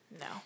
No